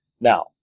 Now